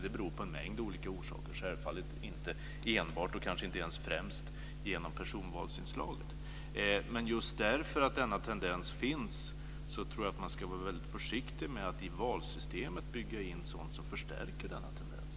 Det beror på en mängd olika orsaker och självfallet inte enbart och främst genom personvalsinslaget. Just därför att denna tendens finns ska man vara försiktig att i valsystemet bygga in sådant som förstärker denna tendens.